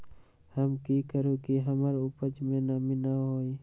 हम की करू की हमर उपज में नमी न होए?